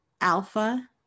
alpha